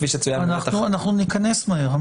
אנחנו ניכנס מהר.